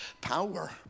power